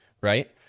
right